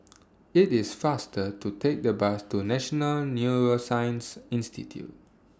IT IS faster to Take The Bus to National Neuroscience Institute